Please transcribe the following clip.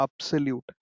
absolute